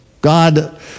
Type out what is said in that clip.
God